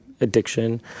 addiction